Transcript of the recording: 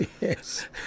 yes